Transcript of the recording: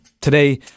Today